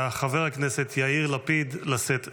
חבר הכנסת יאיר לפיד לשאת דברים.